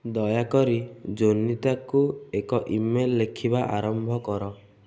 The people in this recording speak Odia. ଦୟାକରି ଜୋନିତାକୁ ଏକ ଇମେଲ୍ ଲେଖିବା ଆରମ୍ଭ କର